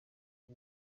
w’u